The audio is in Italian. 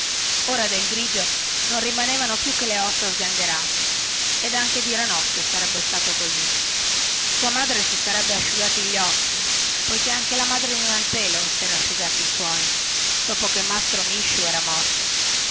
ora del grigio non rimanevano più che le ossa sgangherate ed anche di ranocchio sarebbe stato così e sua madre si sarebbe asciugati gli occhi poichè anche la madre di malpelo sera asciugati i suoi dopo che mastro misciu era morto